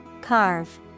Carve